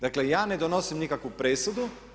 Dakle, ja ne donosim nikakvu presudu.